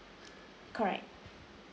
correct